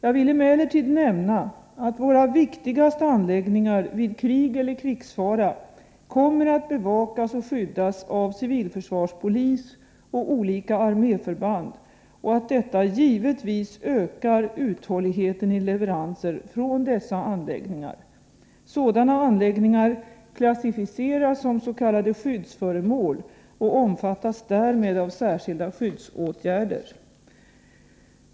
Jag vill emellertid nämna att våra viktigaste anläggningar vid krig eller krigsfara kommer att bevakas och skyddas av civilförsvarspolis och olika arméförband och att detta givetvis ökar uthålligheten i leveranser från dessa anläggningar. Sådana anläggningar klassificeras som s.k. skyddsföremål och omfattas därmed av särskilda skyddsåtgärder.